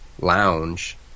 Lounge